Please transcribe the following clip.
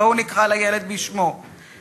בוא נקרא לילד בשמו,